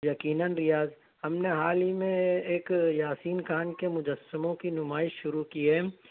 یقیناً ریاض ہم نے حال ہی میں ایک یاسین خان کے مجسموں کی نمائش شروع کی ہے